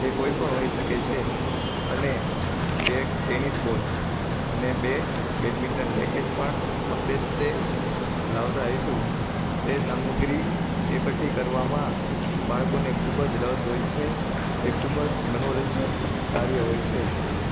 જે કોઈ પણ હોઈ શકે છે અને એક ટેનિસ બોલ અને બે બેટમીટન રેકેટ પણ આપણે તે લાવ્યા હતા હોઈશું તે સામગ્રી એકઠી કરવામાં બાળકોને ખૂબ જ રસ હોય છે તે ખૂબ જ મનોરંજન કાર્ય હોય છે